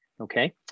Okay